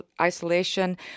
isolation